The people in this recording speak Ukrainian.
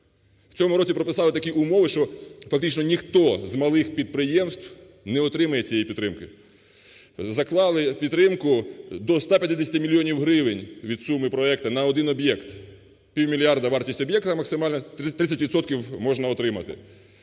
В цьому році прописали такі умови, що фактично ніхто з малих підприємств не отримує цієї підтримки. Заклали підтримку до 150 мільйонів гривень від суми проекту на один об'єкт. Півмільярда – вартість об'єкта максимальна, 30 відсотків можна отримати.